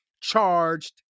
charged